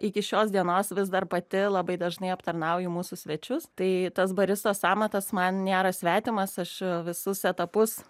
iki šios dienos vis dar pati labai dažnai aptarnauju mūsų svečius tai tas baristos amatas man nėra svetimas aš visus etapus